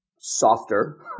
softer